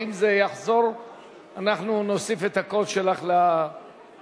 ואם זה יחזור אנחנו נוסיף את הקול שלך לאותם